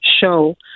show